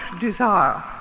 desire